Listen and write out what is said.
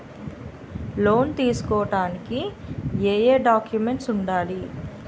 Loan తీసుకోడానికి ఏయే documents వుండాలి?